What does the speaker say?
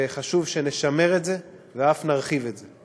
וחשוב שנשמר את זה ואף נרחיב את זה.